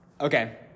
okay